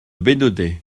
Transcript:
bénodet